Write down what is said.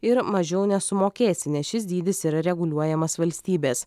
ir mažiau nesumokėsi nes šis dydis yra reguliuojamas valstybės